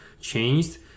changed